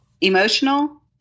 emotional